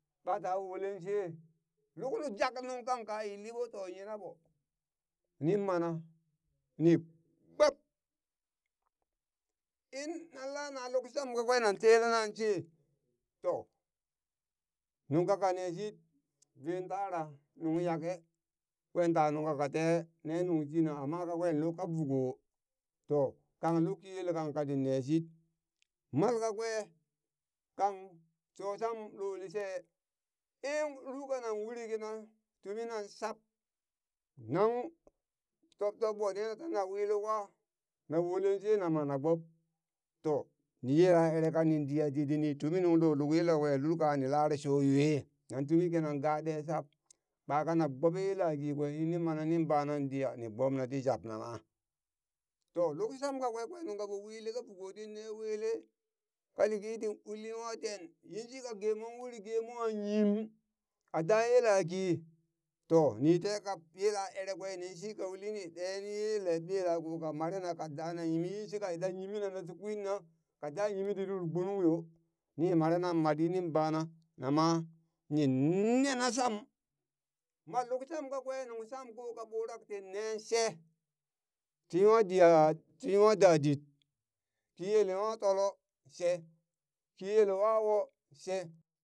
ɓata wolen she luk njak nung kan ka yilliɓo to yina ɓo nin mana ni gbob!!! in nan lana luk sham kakwe nan telenna she to nung kaka neshit ven tara nung nyake kwenta nungka kate ne nung shina amma ka kwen luka vuko to kang lukki yela kang katin neshit mal kakwe kang sho sam lo lishe in lul kanan uri kina tumi nan shab nang tob tobɓo ne tina wi lukwa na wolen she namana na gbob to ni yela ere kanin diya ditɗi ni tumi nung lo lukwe yel kakwe lul kaa a ni lare sho ywe nan tumi kinan ga ɗe shab ɓakana gbobe yelaki kwe yini mana nin bana diya ni gbobna ti jab nama to luk sham kakwe kwe nungka ɓo wili ka vokotin ne wele ka liki tin uli nwa den yinshika ge mon uri ge mom nyim a da yela ki to ni teka pi yela ere kwe nin shika uli nin de yelako ka mare na ka dana yimi yinshika idan yimina nati kwinna kadaa yimi ti lul gbunung yo ni mare nan mat yini bana nama ni nena sham! mal luk sham kakwe luk shamko ka ɓurak tinne she ti nwa diya ti nwa dadit ki yele nwa tolo, she ki yele wawo, she.